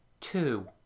Two